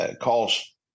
calls